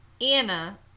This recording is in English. Anna